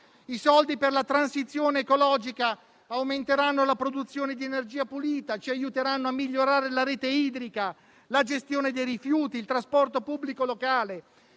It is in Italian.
I soldi per la transizione ecologica aumenteranno la produzione di energia pulita, ci aiuteranno a migliorare la rete idrica, la gestione dei rifiuti, il trasporto pubblico locale.